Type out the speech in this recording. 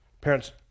Parents